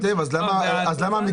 שיכבדו אותנו עם מספרים